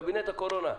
קבינט הקורונה,